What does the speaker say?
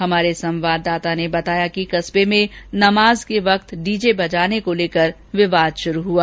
हमारे संवाददाता ने बताया कि कस्बे में नमाज के वक्त डीजे बजाने को लेकर विवाद शुरू हुआ